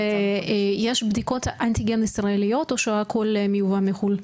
יש בדיקות אנטיגן ישראליות או שהכל מייבוא מחו"ל?